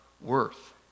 worth